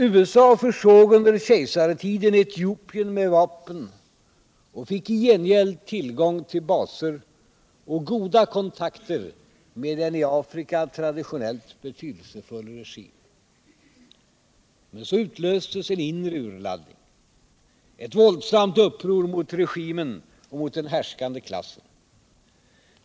USA försåg under kejsartiden Etiopien med vapen och fick i gengäld tillgång till baser och goda kontakter med en i Afrika traditionellt betydelsefull regim. Men så utlöstes en inre urladdning: ett våldsamt uppror mot regimen och mot den härskande klassen.